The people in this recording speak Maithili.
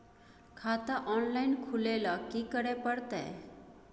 खाता ऑनलाइन खुले ल की करे परतै?